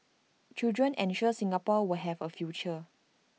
children ensure Singapore will have A future